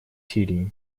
сирии